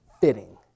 fitting